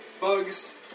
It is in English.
bugs